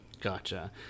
gotcha